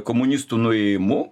komunistų nuėjimu